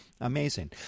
Amazing